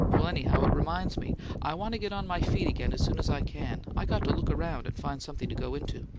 well, anyhow, it reminds me i want to get on my feet again as soon as i can i got to look around and find something to go into.